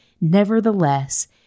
nevertheless